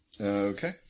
Okay